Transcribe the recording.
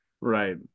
Right